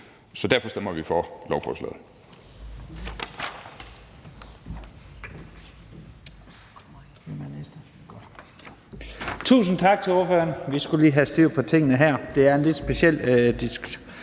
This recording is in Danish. Så derfor stemmer vi for lovforslaget.